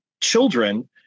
children